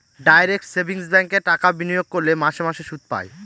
direct savings ব্যাঙ্কে টাকা বিনিয়োগ করলে মাসে মাসে সুদ পায়